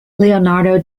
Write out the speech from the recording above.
leonardo